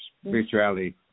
spirituality